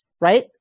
Right